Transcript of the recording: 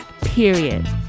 period